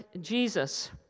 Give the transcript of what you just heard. Jesus